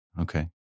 Okay